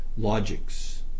logics